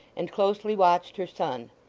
and closely watched her son.